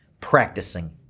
practicing